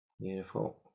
Beautiful